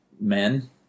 men